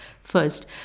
First